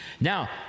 Now